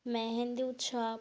মেহেন্দি উৎসব